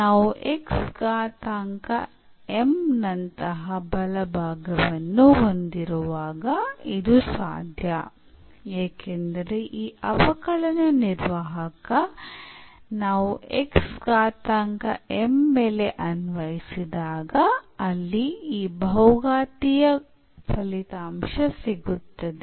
ನಾವು x ಘಾತಾಂಕ m ನಂತಹ ಬಲಭಾಗವನ್ನು ಹೊಂದಿರುವಾಗ ಇದು ಸಾಧ್ಯ ಏಕೆಂದರೆ ಈ ಅವಕಲನ ನಿರ್ವಾಹಕ ನಾವು x ಘಾತಾಂಕ m ಮೇಲೆ ಅನ್ವಯಿಸಿದಾಗ ಅಲ್ಲಿ ಈ ಬಹುಘಾತೀಯ ಫಲಿತಾಂಶ ಸಿಗುತ್ತದೆ